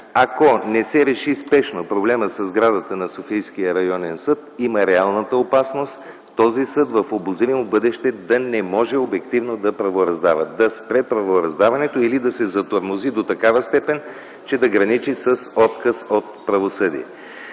„Ако не се реши спешно проблемът със сградата на Софийския районен съд, има реалната опасност този съд в обозримо бъдеще да не може обективно да правораздава, да спре правораздаването или да се затормози до такава степен, че това да граничи с отказ на правосъдие”.